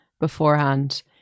beforehand